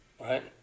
right